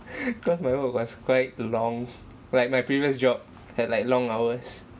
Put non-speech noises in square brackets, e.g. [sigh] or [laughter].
[laughs] cause my work was quite long like my previous job had like long hours